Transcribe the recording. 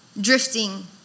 drifting